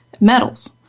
Metals